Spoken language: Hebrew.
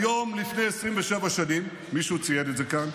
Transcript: היום לפני 27 שנים, מישהו ציין את זה כאן,